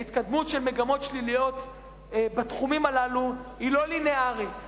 ההתקדמות של מגמות שליליות בתחומים הללו היא לא ליניארית